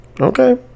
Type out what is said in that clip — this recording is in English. okay